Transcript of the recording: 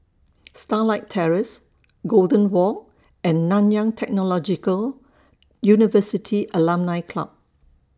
Starlight Terrace Golden Walk and Nanyang Technological University Alumni Club